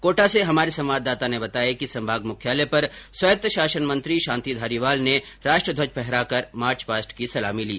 कोटा से हमारे संवाददाता ने बताया कि संभाग मुख्यालय पर स्वायत्त शासन मंत्री शांति धारीवाल ने राष्ट्र ध्वज फहराकर मार्च पास्ट की सलामी ली